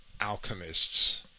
alchemists